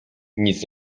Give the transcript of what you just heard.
nic